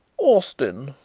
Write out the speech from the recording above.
austin,